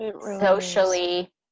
socially